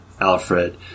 Alfred